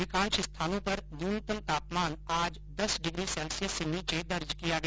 अधिकांश स्थानों पर न्यूनतम तापमान आज दस डिग्री सैल्सियस से नीचे दर्ज किया गया